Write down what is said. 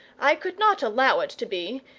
i could not allow it to be,